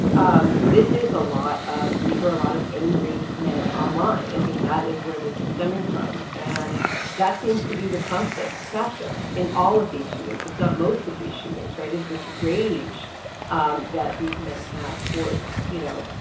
um this is a lot of these are a lot of angry men online. i mean, that is where this is stemming from. and that seems to be the constant factor in all of these shootings, if not most of these shootings right? is this rage um that these men have towards, you know,